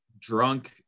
drunk